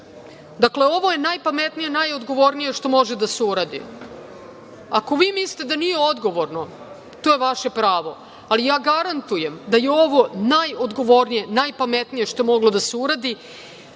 Srbije. Dakle, ovo je najpametnije, najodgovornije što može da se uradi. Ako vi mislite da nije odgovorno, to je vaše pravo, ali ja garantujem da je ovo najodgovornije, najpametnije što je moglo da se uradi